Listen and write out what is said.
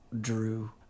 Drew